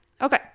Okay